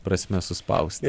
prasme suspausta